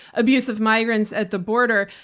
abusive migrants at the border.